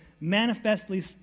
manifestly